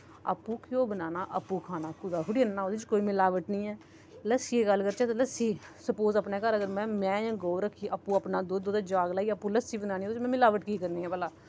आपुं घ्यो बनाना आपुं खाना कुदा थोह्ड़ी आह्नना ओह्दे च कोई मिलावट नेईं ऐ लस्सी दी गल्ल करचै तां लस्सी सुप्पोस अपने घर अगर में मैंह जां गौ रखी आपुं अपना दुद्ध ओह्दा जाह्ग लाईयै आपुं लस्सी बनानी ओह्दे च में मिलावट की करनी ऐ भला